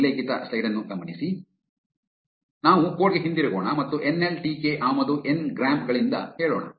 ಆದ್ದರಿಂದ ನಾವು ಕೋಡ್ ಗೆ ಹಿಂತಿರುಗೋಣ ಮತ್ತು ಎನ್ ಎಲ್ ಟಿ ಕೆ ಆಮದು ಎನ್ ಗ್ರಾಂ ಗಳಿಂದ ಹೇಳೋಣ